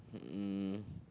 um